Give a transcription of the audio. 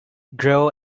grow